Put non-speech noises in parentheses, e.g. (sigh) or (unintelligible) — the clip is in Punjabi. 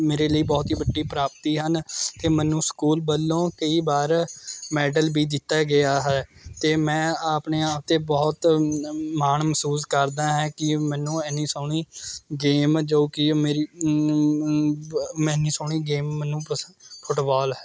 ਮੇਰੇ ਲਈ ਬਹੁਤ ਹੀ ਵੱਡੀ ਪ੍ਰਾਪਤੀ ਹਨ ਅਤੇ ਮੈਨੂੰ ਸਕੂਲ ਵੱਲੋਂ ਕਈ ਵਾਰ ਮੈਡਲ ਵੀ ਦਿੱਤਾ ਗਿਆ ਹੈ ਅਤੇ ਮੈਂ ਆਪਣੇ ਆਪ 'ਤੇ ਬਹੁਤ ਮਾਣ ਮਹਿਸੂਸ ਕਰਦਾ ਹਾਂ ਕਿ ਮੈਨੂੰ ਐਨੀ ਸੋਹਣੀ ਗੇਮ ਜੋ ਕਿ ਮੇਰੀ (unintelligible) ਐਨੀ ਸੋਹਣੀ ਗੇਮ ਮੈਨੂੰ ਪਸੰ ਫੁੱਟਬਾਲ ਹੈ